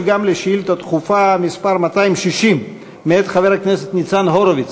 גם על שאילתה דחופה מס' 260 מאת חבר הכנסת ניצן הורוביץ: